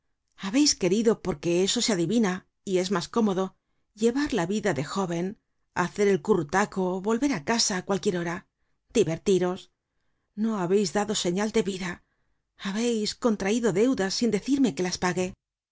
habeis querido porque eso se adivina y es mas cómodo llevar la vida de jóven hacer el currutaco volver á casa á cualquier hora divertiros no habeis dado señal de vida habeis contraido deudas sin decirme que las pague